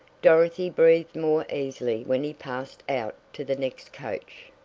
dorothy breathed more easily when he passed out to the next coach.